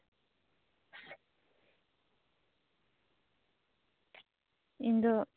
ᱤᱧᱫᱚ